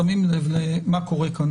שמים לב אל מה שקורה כאן